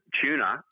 tuna